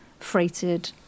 freighted